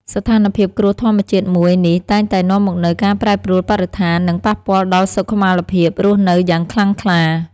ស្ថានភាពគ្រោះធម្មជាតិមួយនេះតែងតែនាំមកនូវការប្រែប្រួលបរិស្ថាន និងប៉ះពាល់ដល់សុខុមាលភាពរស់នៅយ៉ាងខ្លាំងក្លា។